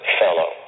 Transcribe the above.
fellow